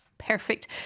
perfect